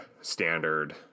standard